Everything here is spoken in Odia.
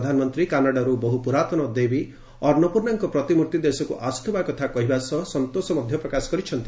ପ୍ରଧାନମନ୍ତ୍ରୀ କାନାଡ଼ାରୁ ବହୁ ପୁରାତନ ଦେବୀ ଅନ୍ନପୂର୍ଣ୍ଣାଙ୍କ ପ୍ରତିମୂର୍ତ୍ତି ଦେଶକୁ ଆସୁଥିବା କଥା କହିବା ସହ ସନ୍ତୋଷ ମଧ୍ୟ ପ୍ରକାଶ କରିଛନ୍ତି